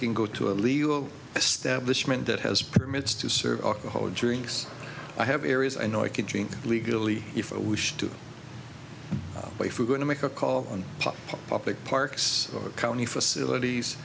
can go to a legal establishment that has permits to serve alcohol drinks i have areas i know i can drink legally if i wish to buy food going to make a call on pop up at parks or county facilities